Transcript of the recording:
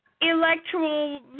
electoral